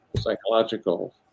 psychological